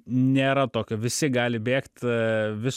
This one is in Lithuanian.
nėra tokio visi gali bėgt vis